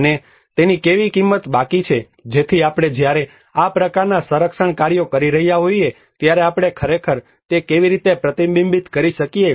અને તેની કેવી કિંમત બાકી છે જેથી આપણે જ્યારે આ પ્રકારના સંરક્ષણ કાર્યો કરી રહ્યા હોઈએ ત્યારે આપણે ખરેખર તે કેવી રીતે પ્રતિબિંબિત કરી શકીએ